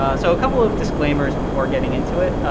ah so a couple of disclaimers before getting into it.